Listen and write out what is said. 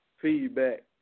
feedback